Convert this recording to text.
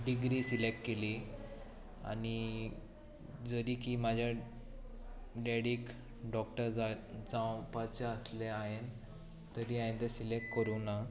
degree select केली आनी जरी की म्हज्या डॅडीक डॉक्टर जावपाचें आसलें हांवें तरी हावें तें सिलेक्ट करूंक ना